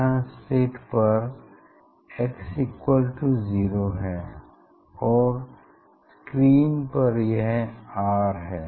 यहाँ स्लिट पर x 0 है और स्क्रीन पर यह R है